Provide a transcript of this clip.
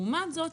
לעומת זאת,